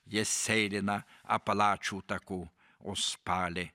jie sėlina apalačių taku o spali